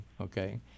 okay